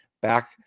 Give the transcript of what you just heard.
back